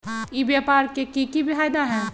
ई व्यापार के की की फायदा है?